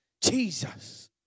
Jesus